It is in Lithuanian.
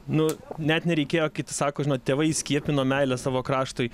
nu net nereikėjo kiti sako žinot tėvai įskiepino meilę savo kraštui